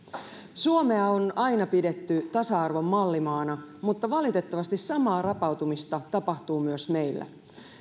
suomea on aina pidetty tasa arvon mallimaana mutta valitettavasti samaa rapautumista tapahtuu myös meillä